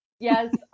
Yes